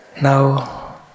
Now